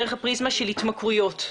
דרך הפריזמה של התמכרויות.